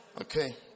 Okay